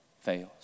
fails